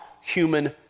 human